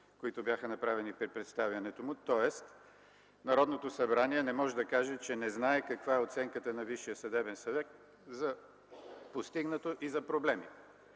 които бяха направени при представянето му, тоест Народното събрание не може да каже, че не знае каква е оценката на Висшия съдебен съвет за постигнато и за проблеми.